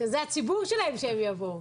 שזה הציבור שלהם יבואו.